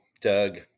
Doug